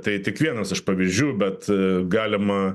tai tik vienas iš pavyzdžių bet galima